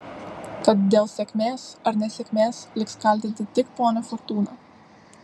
tad dėl sėkmės ar nesėkmės liks kaltinti tik ponią fortūną